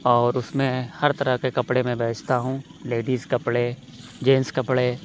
اور اُس میں ہر طرح كے كپڑے میں بیچتا ہوں لیڈیز کپڑے جینس کپڑے